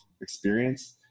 experience